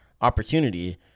opportunity